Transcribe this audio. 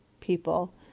people